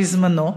בזמנו,